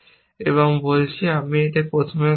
এবং বলছি আমি এটি প্রথমে করব